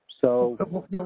So-